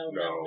no